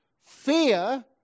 Fear